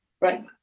Right